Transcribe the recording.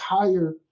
entire